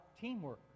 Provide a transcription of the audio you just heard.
teamwork